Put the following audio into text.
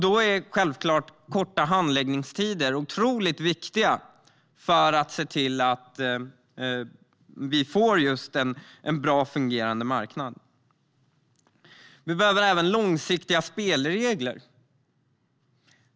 Då är självklart korta handläggningstider viktiga för att vi ska få en bra, fungerande marknad. Vi behöver även långsiktiga spelregler.